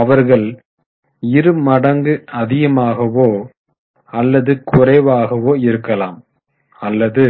அவர்கள் இருமடங்கு அதிகமாகவோ அல்லது குறைவாகவோ இருக்கலாம் அல்லது